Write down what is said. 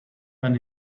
when